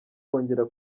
kongera